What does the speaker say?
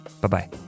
Bye-bye